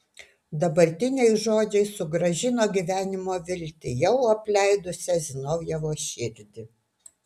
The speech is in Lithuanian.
dabartiniai žodžiai sugrąžino gyvenimo viltį jau apleidusią zinovjevo širdį